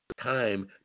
time